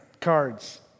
cards